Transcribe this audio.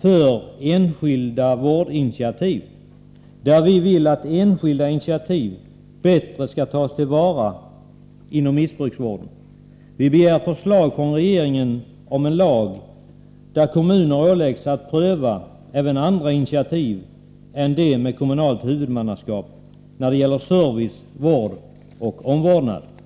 för enskilda vårdinitiativ. Vi vill att enskilda initiativ bättre skall tas till vara inom missbruksvården. Vi begär förslag från regeringen till en lag, i vilken kommuner åläggs att pröva även andra initiativ än de med kommunalt huvudmannaskap när det gäller service och omvårdnad.